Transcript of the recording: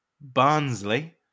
Barnsley